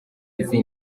izi